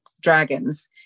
Dragons